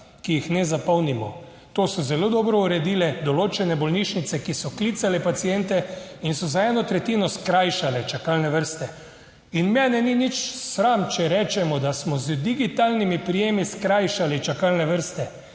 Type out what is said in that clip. ki jih ne zapolnimo. To so zelo dobro uredile določene bolnišnice, ki so klicale paciente in so za eno tretjino skrajšale čakalne vrste. In mene ni nič sram, če rečemo, da smo z digitalnimi prijemi skrajšali čakalne vrste,